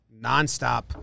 nonstop